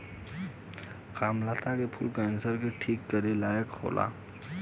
कामलता के फूल कैंसर के ठीक करे लायक होला